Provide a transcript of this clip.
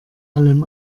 allem